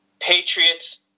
Patriots